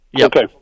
Okay